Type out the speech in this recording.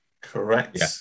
Correct